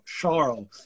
Charles